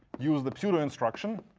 use the two two instruction.